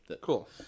Cool